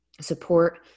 support